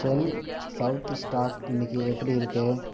shell south stock இன்னிக்கு எப்படி இருக்கு